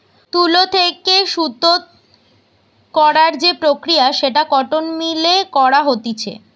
তুলো থেকে সুতো করার যে প্রক্রিয়া সেটা কটন মিল এ করা হতিছে